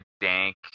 dank